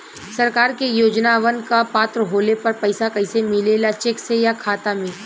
सरकार के योजनावन क पात्र होले पर पैसा कइसे मिले ला चेक से या खाता मे?